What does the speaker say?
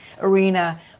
arena